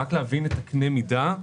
רק להבין את קנה המידה.